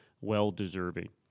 well-deserving